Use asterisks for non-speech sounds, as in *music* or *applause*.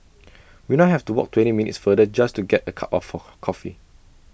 *noise* we now have to walk twenty minutes farther just to get A cup of her coffee